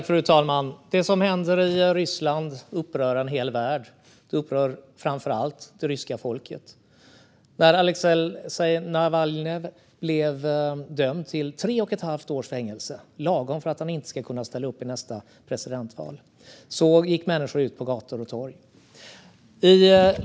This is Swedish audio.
Fru talman! Det som händer i Ryssland upprör en hel värld. Det upprör framför allt det ryska folket. När Aleksej Navalnyj blev dömd till 3 1⁄2 års fängelse - lagom för att han inte ska kunna ställa upp i nästa presidentval - gick människor ut på gator och torg.